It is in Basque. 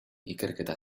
ikerketa